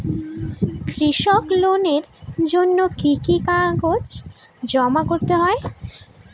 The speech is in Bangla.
কৃষি লোনের জন্য কি কি কাগজ জমা করতে হবে?